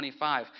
25